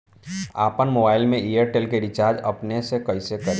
आपन मोबाइल में एयरटेल के रिचार्ज अपने से कइसे करि?